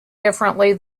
differently